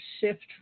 shift